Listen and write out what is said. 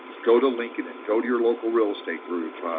go to linkedin. go to your local real estate group.